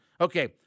Okay